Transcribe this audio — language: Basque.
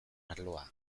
arloa